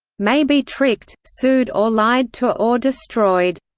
may be tricked, sued or lied to or destroyed,